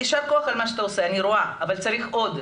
יישר כח על מה שאתה עושה, אני רואה, אבל צריך עוד.